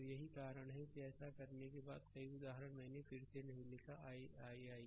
तो यही कारण है कि ऐसा करने के बाद कई उदाहरण मैंने फिर से नहीं लिखा i i i